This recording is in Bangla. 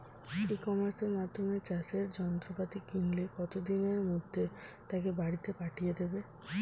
ই কমার্সের মাধ্যমে চাষের যন্ত্রপাতি কিনলে কত দিনের মধ্যে তাকে বাড়ীতে পাঠিয়ে দেবে?